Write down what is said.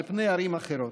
על פני ערים אחרות.